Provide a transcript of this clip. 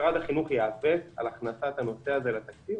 משרד החינוך יאבק על הכנסת הנושא הזה לתקציב.